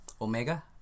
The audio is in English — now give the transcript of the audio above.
Omega